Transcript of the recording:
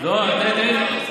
תן לי להסביר